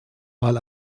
mal